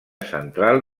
central